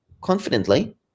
confidently